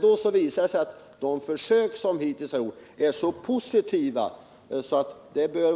De resultat som hittills nåtts är emellertid så positiva att